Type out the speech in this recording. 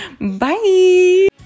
bye